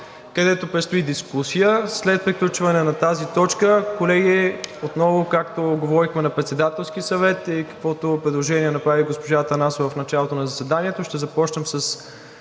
където предстои дискусия. След приключване на тази точка, колеги, отново, както говорихме на Председателски съвет и каквото предложение направи госпожа Атанасова в началото на заседанието, ще започнем с